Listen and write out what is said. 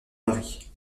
paris